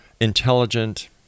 intelligent